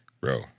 Bro